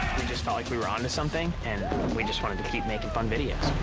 we just felt like we were on to something, and we just wanted to keep making fun videos.